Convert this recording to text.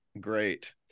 Great